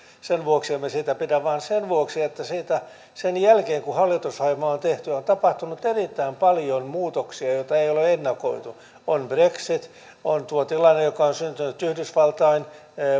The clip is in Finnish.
sen vuoksi emme siitä pidä vaan sen vuoksi että sen jälkeen kun hallitusohjelma on tehty on tapahtunut erittäin paljon muutoksia joita ei ole ennakoitu on brexit on tuo tilanne joka on syntynyt yhdysvaltain